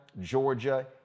georgia